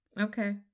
Okay